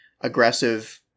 aggressive